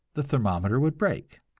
the thermometer would break.